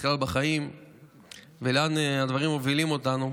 כלל בחיים ולאן הדברים מובילים אותנו,